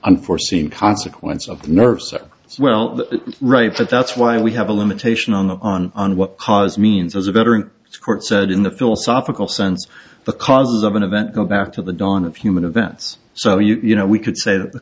unforeseen consequences of nerves as well right that's why we have a limitation on the on on what cause means as a veteran court said in the philosophical sense the causes of an event go back to the dawn of human events so you know we could say that the